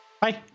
bye